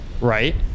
right